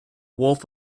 wolf